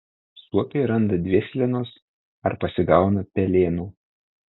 suopiai randa dvėselienos ar pasigauna pelėnų